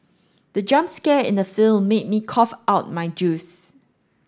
the jump scare in the film made me cough out my juice